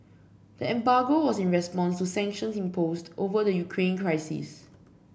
the embargo was in response to sanctions imposed over the Ukraine crisis